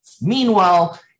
meanwhile